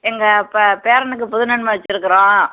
எங்கள் பே பேரனுக்கு புது நன்மை வச்சுருக்குறோம்